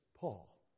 Paul